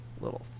little